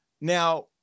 Now